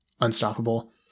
Unstoppable